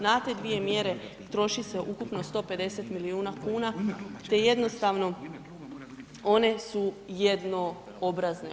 Na te dvije mjere troši se ukupno 150 milijuna kuna te jednostavno one su jednoobrazne.